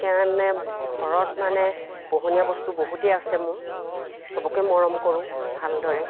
ঘৰত মানে পোহনীয়া বস্তু বহুতেই আছে মোৰ চবকে মৰম কৰোঁ ভালদৰে